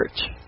church